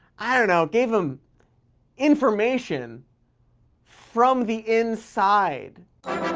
i don't know, gave him information from the inside.